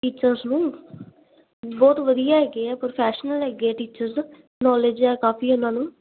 teachers ਨੂੰ ਬਹੁਤ ਵਧੀਆ ਹੈਗੇ ਆ ਪ੍ਰੋਫੈਸ਼ਨਲ ਹੈਗੇ ਆ ਟੀਚਰਸ ਨੋਲੇਜ ਆ ਕਾਫੀ ਉਹਨਾਂ ਨੂੰ